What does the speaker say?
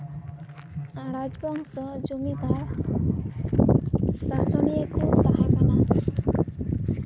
ᱨᱟᱡᱽᱵᱚᱝᱥᱚ ᱡᱚᱢᱤᱫᱟᱨ ᱥᱟᱥᱚᱱᱤᱭᱟᱹ ᱠᱚ ᱛᱟᱦᱮᱸ ᱠᱟᱱᱟ